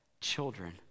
children